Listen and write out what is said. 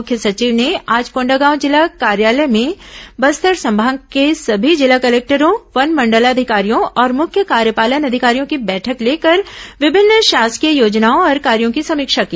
मुख्य सचिव ने आज कोंडागांव जिला कार्यालय में बस्तर संभाग के समी जिला कलेक्टरों वन मंडलाधिकारियों और मुख्य कार्यपालन अधिकारियों की बैठक लेकर विभिन्न शासकीय योजनाओं और कार्यों की समीक्षा की